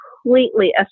Completely